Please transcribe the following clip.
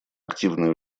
активное